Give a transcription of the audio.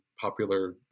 popular